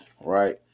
right